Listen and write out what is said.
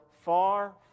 far